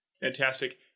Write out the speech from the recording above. Fantastic